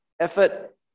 effort